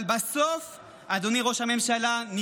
אבל בסוף ניצחנו, אדוני ראש הממשלה.